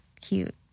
cute